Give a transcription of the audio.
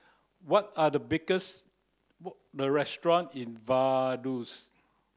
what are the restaurants in Vaduz